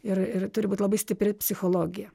ir ir turi būt labai stipri psichologija